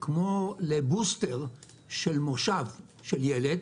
כמו לבוסטר של מושב של ילד,